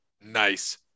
Nice